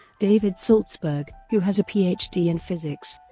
david saltzberg, who has a ph d. in physics,